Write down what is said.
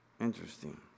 Interesting